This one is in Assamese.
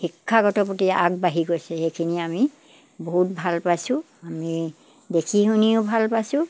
শিক্ষাগতৰ প্ৰতি আগবাঢ়ি গৈছে সেইখিনি আমি বহুত ভাল পাইছোঁ আমি দেখি শুনিও ভাল পাইছোঁ